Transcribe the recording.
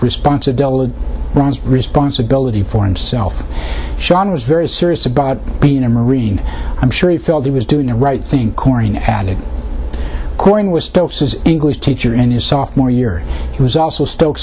responsibility ron's responsibility for himself sean was very serious about being a marine i'm sure he felt he was doing the right thing corina added corn was english teacher in his sophomore year he was also st